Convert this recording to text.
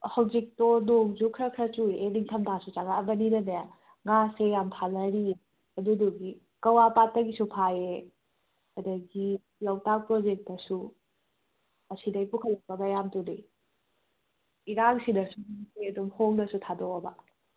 ꯍꯧꯖꯤꯛꯇꯣ ꯅꯣꯡꯁꯨ ꯈꯔ ꯈꯔ ꯆꯨꯔꯛꯑꯦ ꯅꯤꯡꯊꯝꯊꯥꯁꯨ ꯆꯪꯉꯛꯑꯕꯅꯤꯅꯅꯦ ꯉꯥꯁꯦ ꯌꯥꯝꯅ ꯐꯥꯅꯔꯤ ꯑꯗꯨꯗꯨꯒꯤ ꯀꯛꯋꯥ ꯄꯥꯠꯇꯒꯤꯁꯨ ꯐꯥꯌꯦ ꯑꯗꯒꯤ ꯂꯣꯛꯇꯥꯛ ꯄ꯭ꯔꯣꯖꯦꯛꯇꯁꯨ ꯑꯁꯤꯗꯒꯤ ꯄꯨꯈꯠꯂꯛꯄ ꯃꯌꯥꯝꯗꯨꯅꯦ ꯏꯔꯥꯡꯁꯤꯅꯁꯨ ꯑꯗꯨꯝ ꯍꯣꯡꯅꯁꯨ ꯊꯥꯗꯣꯛꯑꯕ